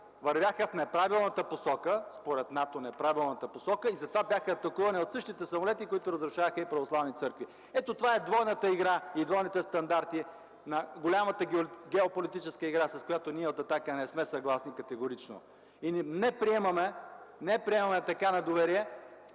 вървяха в неправилната посока според НАТО и затова бяха атакувани от същите самолети, които разрушаваха и православните църкви. Ето това е двойната игра и двойните стандарти на голямата геополитическа игра, с която ние от „Атака” не сме съгласни категорично! Не приемаме така – на доверие,